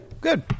good